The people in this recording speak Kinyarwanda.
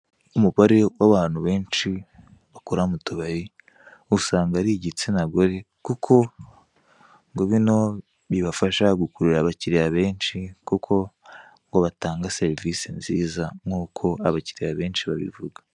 Umubare w'abantu benshi bakora mu tubari usanga ari igitsina gore kuko ngo bino bibafasha gukurura abakiriya benshi, kuko ngo batanga serivise nziza nk'uko abakiriya benshi babivuga.